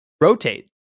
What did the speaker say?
rotate